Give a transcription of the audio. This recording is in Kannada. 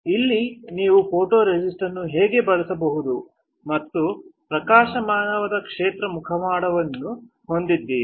ಇಲ್ಲಿ ನೀವು ಫೋಟೊರೆಸಿಸ್ಟ್ ಅನ್ನು ಹೇಗೆ ಬಳಸಬಹುದು ಮತ್ತು ಪ್ರಕಾಶಮಾನವಾದ ಕ್ಷೇತ್ರ ಮುಖವಾಡವನ್ನು ಹೊಂದಿದರಿ